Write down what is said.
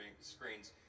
screens